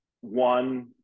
one